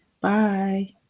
Bye